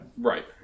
right